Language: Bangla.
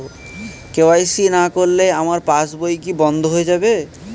কে.ওয়াই.সি না করলে আমার পাশ বই কি বন্ধ হয়ে যাবে?